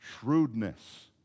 shrewdness